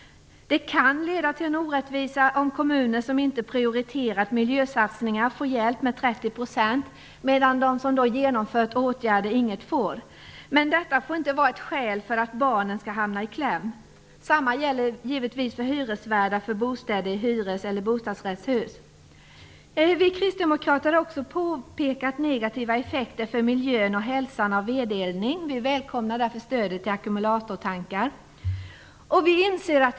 Det kan leda till en orättvisa om kommuner som inte prioriterat miljösatsningar får hjälp med 30 %, medan de som genomfört åtgärder inget får. Men detta får inte vara skäl för att barnen skall hamna i kläm. Samma gäller givetvis hyresvärdar för bostäder i hyres eller bostadsrättshus. Vi kristdemokrater har också påpekat negativa effekter för miljön och hälsan av vedeldning. Vi välkomnar därför stödet till ackumulatortankar.